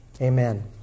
amen